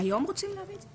היום רוצים להביא את זה?